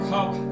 Cup